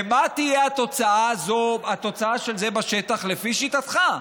מה תהיה התוצאה של זה בשטח, לפי שיטתך?